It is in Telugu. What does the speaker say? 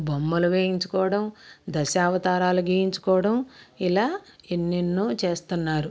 బొమ్మలు వేయించుకోవడం దశావతారాలు గీయించుకోవడం ఇలా ఎన్నెన్నో చేస్తున్నారు